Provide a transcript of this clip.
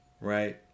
right